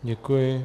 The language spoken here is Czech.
Děkuji.